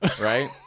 Right